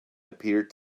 appeared